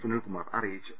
സുനിൽകുമാർ അറിയിച്ചു